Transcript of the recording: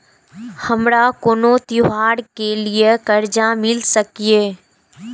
हमारा कोनो त्योहार के लिए कर्जा मिल सकीये?